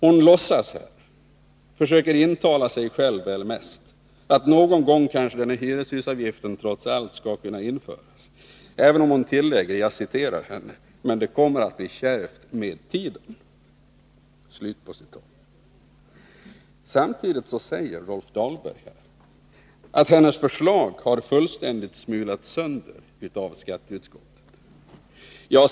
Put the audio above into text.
Hon försöker intala sig att någon gång kanske hyreshusavgiften trots allt skall kunna införas, även om hon tillägger ”men det kommer att bli kärvt med tiden”. Samtidigt säger Rolf Dahlberg att hennes förslag har fullständigt smulats sönder av skatteutskottet.